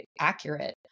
accurate